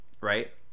right